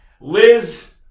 Liz